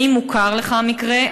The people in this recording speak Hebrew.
האם מוכר לך המקרה?